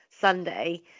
Sunday